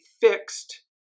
fixed